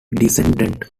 descendant